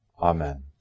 Amen